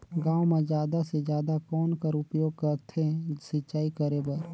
गांव म जादा से जादा कौन कर उपयोग करथे सिंचाई करे बर?